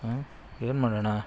ಹ್ಞೂ ಏನು ಮಾಡೋಣ